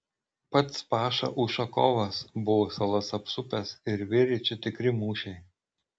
pats paša ušakovas buvo salas apsupęs ir virė čia tikri mūšiai